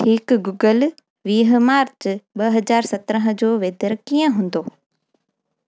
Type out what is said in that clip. ठीकु गूगल वीह मार्च ॿ हज़ार सत्रहं जो वेदर कीअं हूंदो